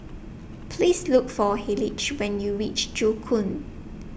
Please Look For Hayleigh when YOU REACH Joo Koon